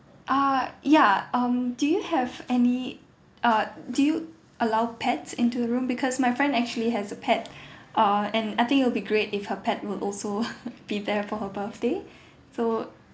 ah ya um do you have any uh do you allow pets into the room because my friend actually has a pet uh and I think it'll be great if her pet will also be there for her birthday so